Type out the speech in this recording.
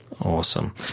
Awesome